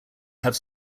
have